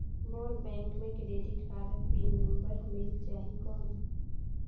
मोर bank मे credit card PIN number मिल जाहि कौन?